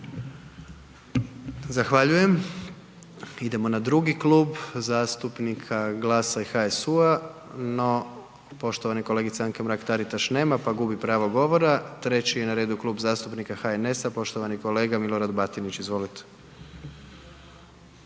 Zahvaljujem. Idemo na drugi Klub zastupnika GLAS-a i HSU-a, no poštovane kolegice Anke Mrak Taritaš nema pa gubi pravo govora. Treći je na redu Klub zastupnika HNS-a poštovani kolega Milorad Batinić, izvolite.